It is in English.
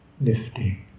lifting